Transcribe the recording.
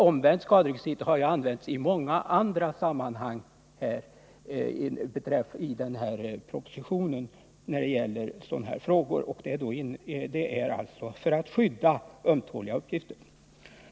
Omvänt skaderekvisit har använts i många andra sammanhang 'i propositionen när det gäller sådana här frågor och för att skydda ömtåliga uppgifter.